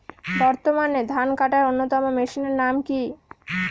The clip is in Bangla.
বর্তমানে ধান কাটার অন্যতম মেশিনের নাম কি?